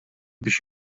biex